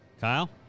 Kyle